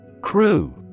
Crew